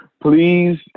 Please